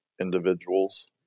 individuals